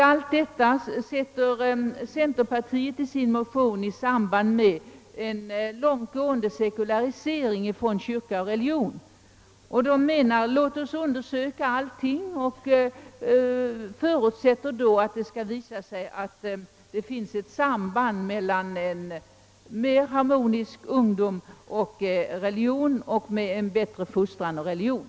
Allt detta sätter centerpartiet i sin motion i samband med en långt gående sekularisering. Motionärerna menar att allting skall undersökas och förutsätter då att det skall visa sig att det finns ett samband mellan en mer harmonisk ungdom och en bättre fostrande religion.